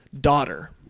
daughter